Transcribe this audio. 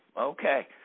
Okay